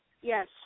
Yes